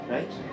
Right